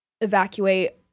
evacuate